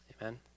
Amen